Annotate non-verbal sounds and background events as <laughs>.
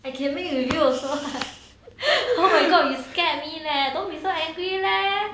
I can make with you also <laughs> oh my god you scare me leh don't be so angry leh